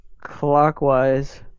Clockwise